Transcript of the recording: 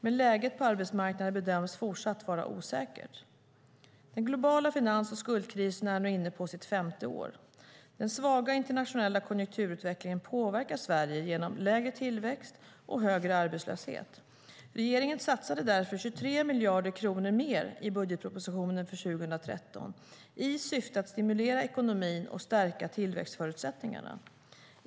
Men läget på arbetsmarknaden bedöms fortsatt vara osäkert. Den globala finans och skuldkrisen är nu inne på sitt femte år. Den svaga internationella konjunkturutvecklingen påverkar Sverige genom lägre tillväxt och högre arbetslöshet. Regeringen satsade därför 23 miljarder kronor i budgetpropositionen för 2013 i syfte att stimulera ekonomin och stärka tillväxtförutsättningarna.